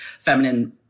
feminine